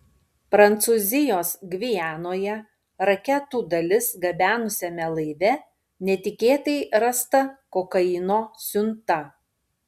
prancūzijos gvianoje raketų dalis gabenusiame laive netikėtai rasta kokaino siunta